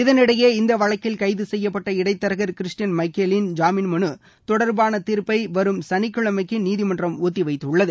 இதனிடையே இந்த வழக்கில் கைது செய்யப்பட்ட இடைத்தரகா் கிறிஸ்டியன் மைக்கேலின் ஜாமின் மனு தொடர்பான தீர்ப்பை வரும் சனிக்கிழமைக்கு நீதிமன்றம் ஒத்தி வைத்துள்ளது